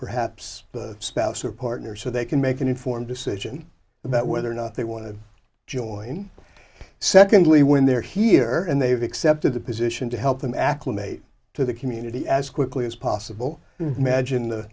perhaps the spouse or partner so they can make an informed decision about whether or not they want to join secondly when they're here and they've accepted the position to help them acclimate to the community as quickly as possible imagine the